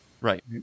right